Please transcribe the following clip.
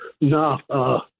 No